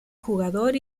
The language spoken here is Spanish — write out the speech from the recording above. jugador